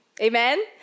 Amen